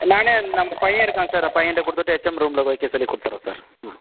நானே நம் பையன் இருக்கான் சார் பையனிடம் கொடுத்துட்டு ஹெச்எம் ரூமில் வைக்க சொல்லி கொடுத்துட்றேன் சார்